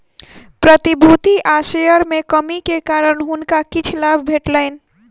प्रतिभूति आ शेयर में कमी के कारण हुनका किछ लाभ भेटलैन